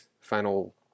final